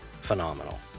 phenomenal